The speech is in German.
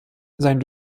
sein